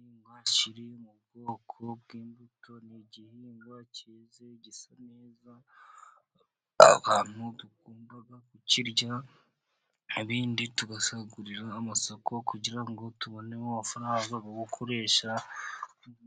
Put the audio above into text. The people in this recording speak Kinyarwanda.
Ipera kiri mu bwoko bw'imbuto, ni igihingwa kiza gisa neza abantu tugomba kukirya, ibindi tugasagurira amasoko, kugira ngo tubonemo amafaranga yo gukoresha